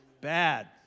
Bad